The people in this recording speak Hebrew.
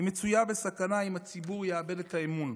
מצויה בסכנה אם הציבור יאבד את האמון,